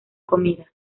comida